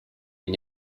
une